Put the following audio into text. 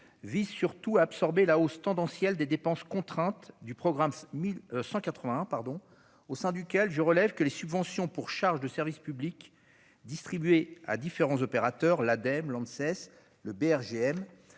vise surtout à absorber la hausse tendancielle des dépenses contraintes de ce programme, au sein duquel les subventions pour charges de service public distribuées à différents opérateurs, comme l'Ademe, l'Anses